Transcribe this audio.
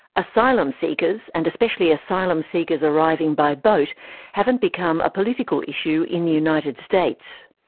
asylum seekers and especially asylum seekers arriving by boat haven't become a political issue in the united states.